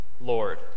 Lord